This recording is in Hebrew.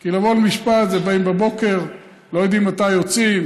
כי לבוא למשפט זה באים בבוקר ולא יודעים מתי יוצאים,